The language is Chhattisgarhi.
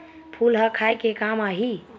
फूल ह खाये के काम आही?